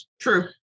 True